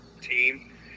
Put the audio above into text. team